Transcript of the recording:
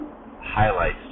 highlights